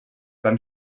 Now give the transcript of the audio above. dann